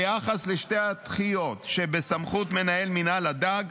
ביחס לשתי הדחיות שבסמכות מנהל מינהל הדלק,